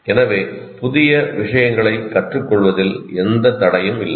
எனவே புதிய விஷயங்களைக் கற்றுக்கொள்வதில் எந்த தடையும் இல்லை